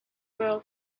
girl